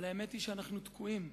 אבל האמת היא שאנחנו תקועים.